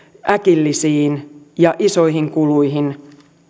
äkillisiin ja isoihin kuluihin